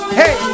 hey